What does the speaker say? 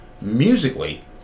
musically